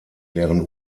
deren